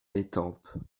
étampes